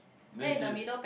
then you see it